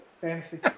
Fantasy